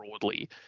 broadly